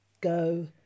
Go